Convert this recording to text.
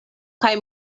kaj